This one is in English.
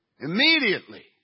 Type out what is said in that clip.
Immediately